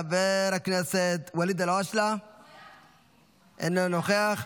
חבר הכנסת ואליד אלהואשלה, אינו נוכח,